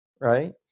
right